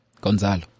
Gonzalo